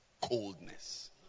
coldness